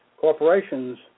corporations